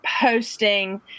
posting